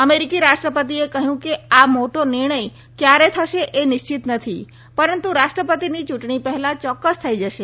અમેરિકી રાષ્ટ્રપતિએ કહ્યું કે આ મોટો નિર્ણથ કથારે થશે એ નિશ્ચિત નથી પરંતુ રાષ્ટ્રપતિની ચૂંટણી પહેલાં યોક્કસ થઇ જશે